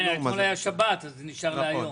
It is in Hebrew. כן, אתמול הייתה שבת אז זה נשאר להיום.